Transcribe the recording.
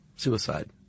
Suicide